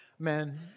Amen